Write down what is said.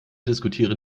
diskutieren